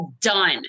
done